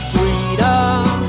Freedom